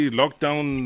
lockdown